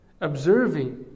Observing